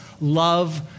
love